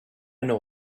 know